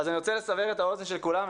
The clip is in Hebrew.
אני רוצה לסבר את האוזן של כולם,